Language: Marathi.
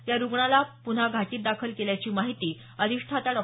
या रुग्णाला पुन्हा घाटीत दाखल केल्याची माहिती अधिष्ठाता डॉ